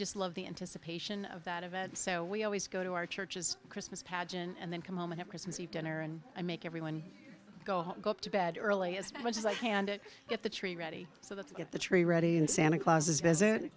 just love the anticipation of that event so we always go to our churches christmas pageant and then come home and at christmas eve dinner and i make everyone go to bed early as much as i handed it the tree ready so let's get the tree ready and santa claus is visit